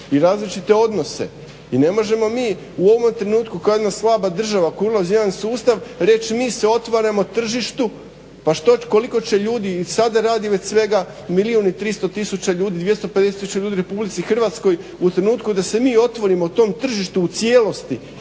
i različite odnose i ne možemo mi u ovom trenutku kao jedna slaba država koja ulazi u jedan sustav reći mi se otvaramo tržištu, pa koliko će ljudi, sada radi već svega milijun i 300 tisuća ljudi, 250 tisuća ljudi u Republici Hrvatskoj. U trenutku da se mi otvorimo tom tržištu u cijelosti